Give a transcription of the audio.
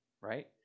right